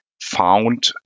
found